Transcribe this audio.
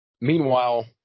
meanwhile